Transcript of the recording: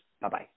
Bye-bye